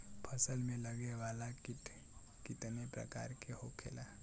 फसल में लगे वाला कीट कितने प्रकार के होखेला?